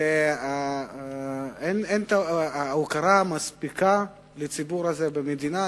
אין הוקרה מספיקה לציבור הזה במדינה.